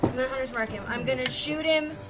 hunter's mark him. i'm going to shoot him